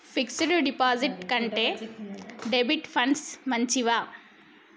Fix డ్ డిపాజిట్ల కంటే డెబిట్ ఫండ్స్ మంచివా?